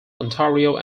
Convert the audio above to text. ontario